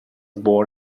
born